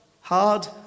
hard